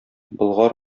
болгар